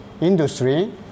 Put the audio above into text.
industry